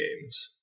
games